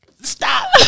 Stop